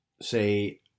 say